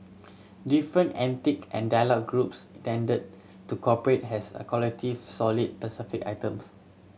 different ethnic and dialect groups tended to operate as a collective sold the specific items